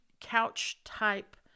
couch-type